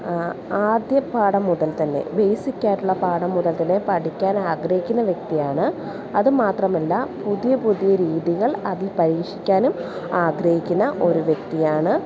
ആദ്യ പാഠം മുതൽ തന്നെ ബേസിക്ക് ആയിട്ടുള്ള പാഠം മുതൽ തന്നെ പഠിക്കാൻ ആഗ്രഹിക്കുന്ന വ്യക്തിയാണ് അതു മാത്രമല്ല പുതിയ പുതിയ രീതികൾ അതിൽ പരീക്ഷിക്കാനും ആഗ്രഹിക്കുന്ന ഒരു വ്യക്തിയാണ്